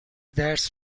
درس